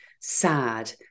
sad